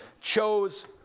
chose